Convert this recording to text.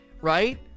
right